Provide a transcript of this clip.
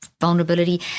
vulnerability